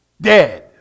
dead